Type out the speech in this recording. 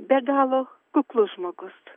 be galo kuklus žmogus